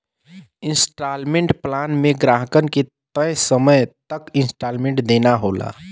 instalment plan में ग्राहकन के तय समय तक इन्सटॉलमेंट देना होला